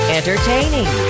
Entertaining